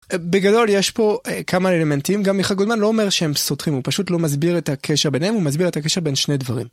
בגדול יש פה כמה אלמנטים גם מיכה גודמן לא אומר שהם סותרים הוא פשוט לא מסביר את הקשר ביניהם הוא מסביר את הקשר בין שני דברים.